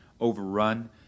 overrun